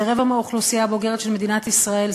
זה רבע מהאוכלוסייה הבוגרת של מדינת ישראל,